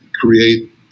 create